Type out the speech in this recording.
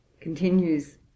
continues